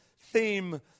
theme